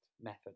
method